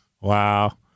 wow